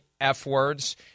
F-words